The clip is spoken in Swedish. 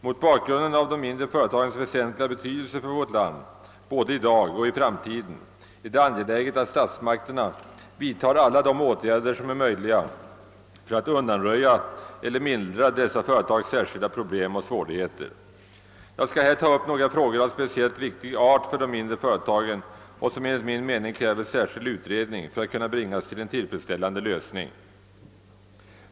Mot bakgrunden av de mindre företagens väsentliga betydelse för vårt land både i dag och i framtiden är det angeläget att statsmakterna vidtar alla de åtgärder som är möjliga för att undanröja eller mildra dessa företags särskilda problem och svårigheter. Jag skall här ta upp några frågor av speciellt viktig art för de mindre företagen vilka enligt min mening kräver särskild utredning för att kunna bringas till en tillfredsställande lösning.